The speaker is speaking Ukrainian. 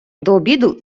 обіду